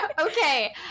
Okay